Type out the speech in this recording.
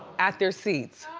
at their seats.